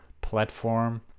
platform